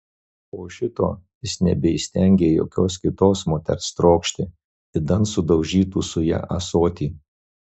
po šito jis nebeįstengė jokios kitos moters trokšti idant sudaužytų su ja ąsotį